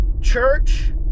Church